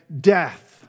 death